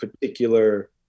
particular